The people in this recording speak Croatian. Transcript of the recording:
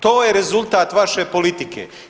To je rezultat vaše politike.